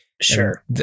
Sure